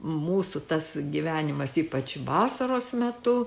mūsų tas gyvenimas ypač vasaros metu